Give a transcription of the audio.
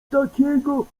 takiego